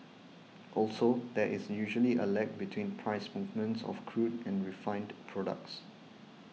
also there is usually a lag between price movements of crude and refined products